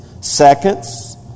seconds